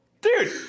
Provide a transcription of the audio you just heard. Dude